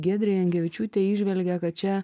giedrė jankevičiūtė įžvelgė kad čia